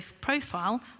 profile